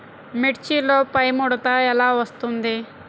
మిర్చిలో పైముడత ఎలా వస్తుంది?